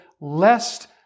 lest